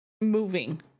moving